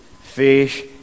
fish